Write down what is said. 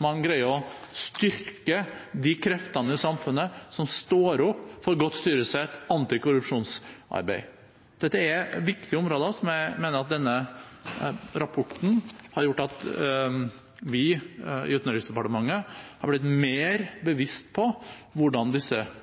man greier å styrke de kreftene i samfunnet som står opp for godt styresett og antikorrupsjonsarbeid? Dette er viktige områder, og jeg mener at denne rapporten har gjort at vi i Utenriksdepartementet har blitt mer bevisst på hvordan disse pengene og ressursene brukes. Vi har gjennomført de